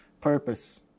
purpose